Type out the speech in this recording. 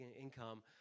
income